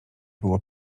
było